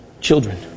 children